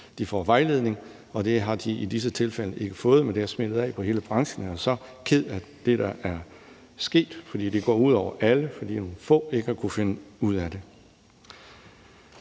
og får vejledning. Det har de i disse tilfælde ikke fået, og det har smittet af på hele branchen. Jeg er så ked af det, der er sket. Det går ud over alle, fordi nogle få ikke har kunnet finde ud af det.